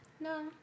No